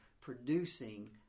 producing